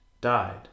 died